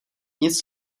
nic